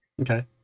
okay